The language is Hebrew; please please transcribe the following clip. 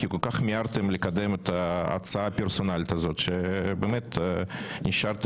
כי כל כך מיהרתם לקדם את ההצעה הפרסונלית הזאת שבאמת השארתם